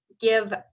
give